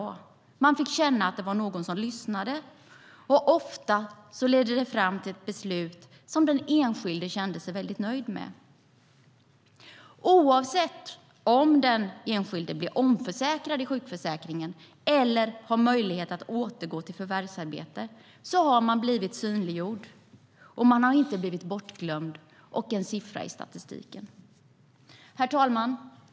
De har fått känna att någon lyssnar, och ofta leder den fram till ett beslut som den enskilde kan känna sig nöjd med. Herr talman!